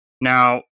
Now